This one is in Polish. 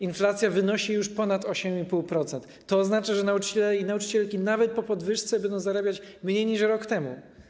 Inflacja wynosi już ponad 8,5%, co oznacza, że nauczyciele i nauczycielki nawet po podwyżce będą zarabiać mniej niż rok temu.